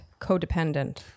codependent